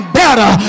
better